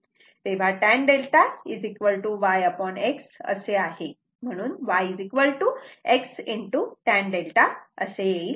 तेव्हा tan 𝛅 yx असे आहे म्हणून yx tan 𝛅 असे येईल